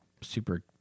super